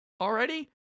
already